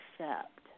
accept